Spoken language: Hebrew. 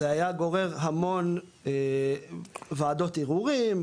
זה היה גורר המון וועדות ערעורים,